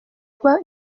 kuba